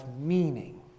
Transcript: meaning